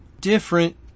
different